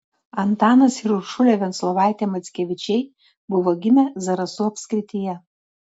antanas ir uršulė venclovaitė mackevičiai buvo gimę zarasų apskrityje